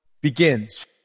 begins